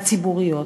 הציבוריות,